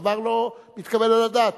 דבר לא מתקבל על הדעת.